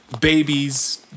babies